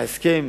ההסכם,